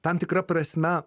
tam tikra prasme